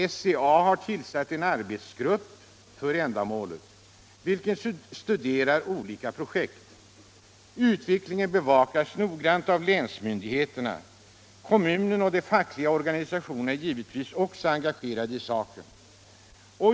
SCA har tillsatt en särskild arbetsgrupp för ändamålet, vilken studerar olika projekt. Utvecklingen bevakas noggrant av länsmyndigheterna. Kommunen och de fackliga organisationerna är givetvis också engagerade i saken.